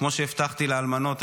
כמו שהבטחתי לאלמנות,